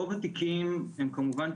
רוב התיקים הם כמובן,